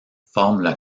forment